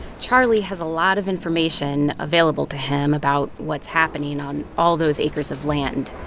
charlie has a lot of information available to him about what's happening on all those acres of land.